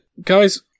guys